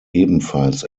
ebenfalls